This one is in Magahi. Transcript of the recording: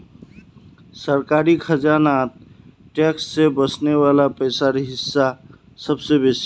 सरकारी खजानात टैक्स से वस्ने वला पैसार हिस्सा सबसे बेसि